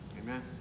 amen